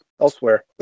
elsewhere